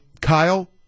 Kyle